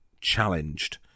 challenged